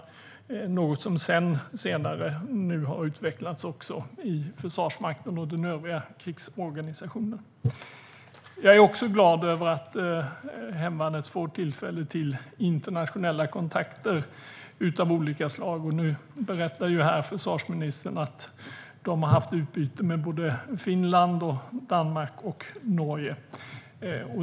Det var något som nu senare har utvecklats i Försvarsmakten och den övriga krigsorganisationen. Jag är också glad över att hemvärnet får tillfälle till internationella kontakter av olika slag. Nu berättar försvarsministern att det har haft utbyte med både Finland, Danmark och Norge.